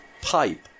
pipe